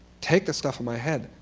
take the stuff in my head,